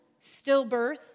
stillbirth